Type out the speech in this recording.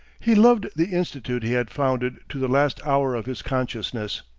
he loved the institute he had founded to the last hour of his consciousness.